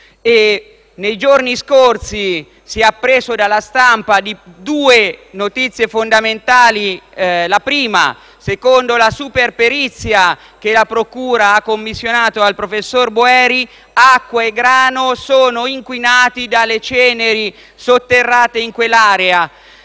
Nei giorni scorsi si sono apprese dalla stampa notizie fondamentali, la prima delle quali è che, secondo la superperizia che la procura ha commissionato al professor Boeri, acqua e grano sono inquinati dalle ceneri sotterrate in quell'area;